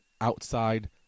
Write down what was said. outside